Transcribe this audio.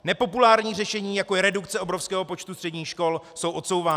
Nepopulární řešení, jako je redukce obrovského počtu středních škol, jsou odsouvána.